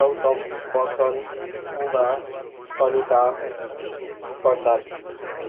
Gautam Vasant Uma Sanita Prasad